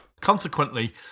Consequently